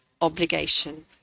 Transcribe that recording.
obligation